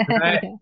right